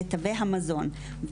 לתווי המזון.